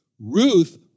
Ruth